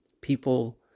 people